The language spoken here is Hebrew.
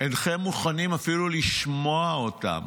אינכם מוכנים אפילו לשמוע אותם.